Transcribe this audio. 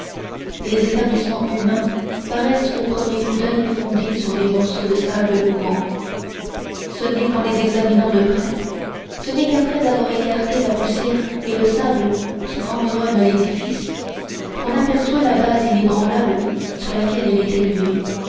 les établissements humains paraissent au premier coup d'œil fondés sur des monceaux de sable mouvant ce n'est qu'en les examinant de près ce n'est qu'après avoir écarté la poussière et le sable qui environnent l'édifice qu'on aperçoit la base inébranlable sur laquelle il est élevé